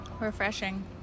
Refreshing